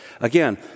Again